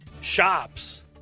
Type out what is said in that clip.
shops